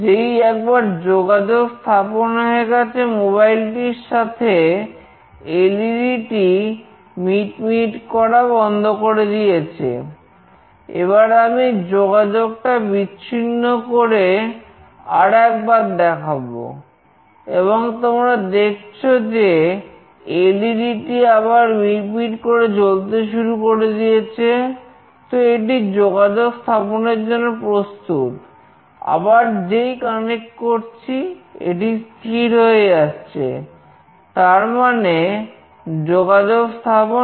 যেই একবার যোগাযোগ স্থাপন হয়ে গেছে মোবাইল টির সাথে এলইডি থেকে মোবাইলে দুটি বার্তা পাঠাবো